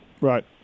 Right